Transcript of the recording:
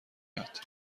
یاد